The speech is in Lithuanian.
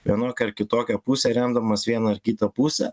vienokią ar kitokią pusę remdamas vieno ar kito pusę